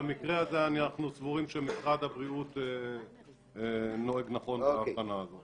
במקרה הזה אנחנו סבורים שמשרד הבריאות נוהג נכון בהבחנה הזאת.